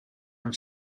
amb